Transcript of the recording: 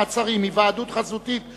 מעצרים) (היוועדות חזותית,